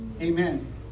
Amen